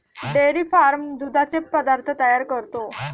dairy farm दुधाचे पदार्थ तयार करतो